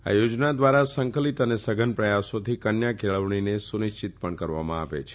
આ યોજના ઘ્વારા સંકલીત અને સઘન પ્રયાસોથી કન્યા કેળવણીને સુનિશ્ચિત પણ કરવામાં આવે છે